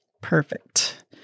Perfect